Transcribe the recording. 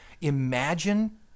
imagine—